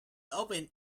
open